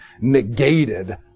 negated